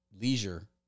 leisure